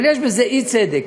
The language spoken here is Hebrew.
אבל יש בזה אי-צדק.